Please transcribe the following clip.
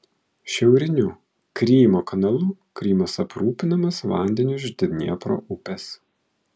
šiauriniu krymo kanalu krymas aprūpinamas vandeniu iš dniepro upės